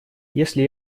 если